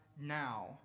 now